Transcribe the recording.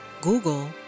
Google